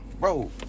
Bro